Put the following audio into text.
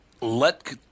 Let